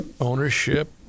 ownership